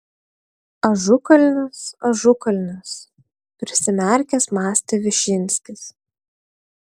ažukalnis ažukalnis prisimerkęs mąstė višinskis